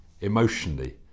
emotionally